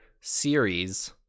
series